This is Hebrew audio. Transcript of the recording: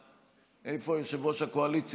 קרעי,